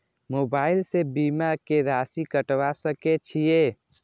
Mobile से बीमा के राशि कटवा सके छिऐ?